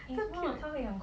so cute